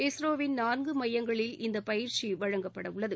இஸ்ரோவின் நான்கு மையங்களில் இந்த பயிற்சி வழங்கப்படவுள்ளது